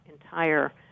entire